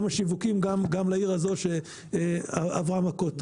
השיווקים גם לעיר הזו שעברה מכות רבות.